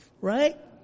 right